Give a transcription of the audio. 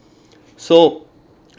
so